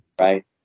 right